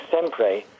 sempre